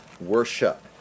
worship